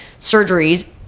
surgeries